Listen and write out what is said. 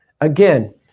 Again